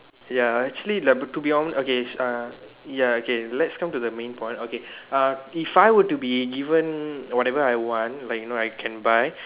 ya actually like b~ to be honest okay uh ya okay let's come to the main point okay uh if I were to be given whatever I want like you know I can buy